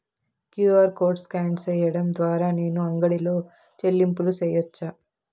QR code scan సేయడం ద్వారా నేను అంగడి లో చెల్లింపులు సేయొచ్చా?